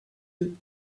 eux